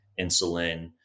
insulin